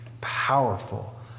powerful